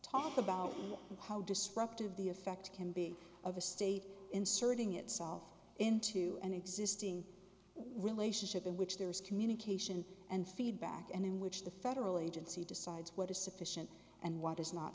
talk about how disruptive the effect can be of a state inserting itself into an existing relationship in which there is communication and feedback and in which the federal agency decides what is sufficient and what is not